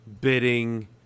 bidding